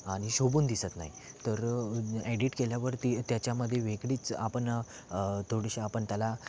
आणि शोभून दिसत नाही तर एडिट केल्यावरती त्याच्यामध्ये वेगळीच आपण थोडीशी आपण त्याला